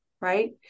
Right